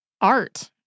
art